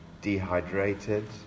dehydrated